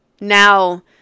now